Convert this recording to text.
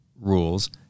rules